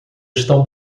estão